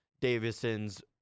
Davison's